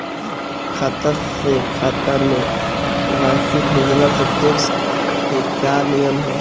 खाता से खाता में राशि भेजला से टेक्स के का नियम ह?